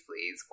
please